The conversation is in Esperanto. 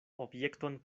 objekton